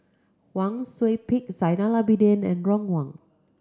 Wang Sui Pick Zainal Abidin and Ron Wong